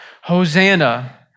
Hosanna